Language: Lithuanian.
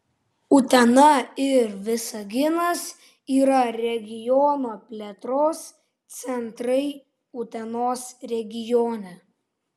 utena ir visaginas yra regiono plėtros centrai utenos regione